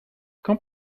quand